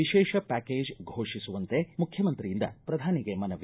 ವಿಶೇಷ ಪ್ಯಾಕೇಜ್ ಫೋಷಿಸುವಂತೆ ಮುಖ್ಯಮಂತ್ರಿಯಿಂದ ಪ್ರಧಾನಿಗೆ ಮನವಿ